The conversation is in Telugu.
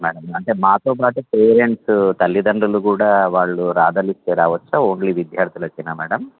మేడమ్ అంటే మాతోపాటు పేరెంట్స్ తల్లిదండ్రులు కూడా వాళ్ళు రాదలిస్తే రావచ్చా ఓన్లీ విద్యార్థులకేనా మేడమ్